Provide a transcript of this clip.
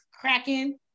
cracking